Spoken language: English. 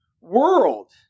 world